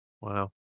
Wow